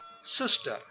sister